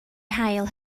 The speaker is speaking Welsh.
hail